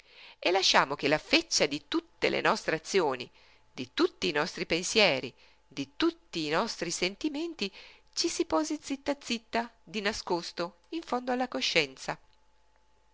e lasciamo che la feccia di tutte le nostre azioni di tutti i nostri pensieri di tutti i nostri sentimenti ci si posi zitta zitta di nascosto in fondo alla coscienza